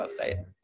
website